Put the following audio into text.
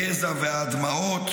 הגזע והדמעות,